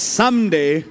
someday